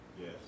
Yes